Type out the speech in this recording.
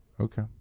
Okay